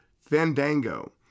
Fandango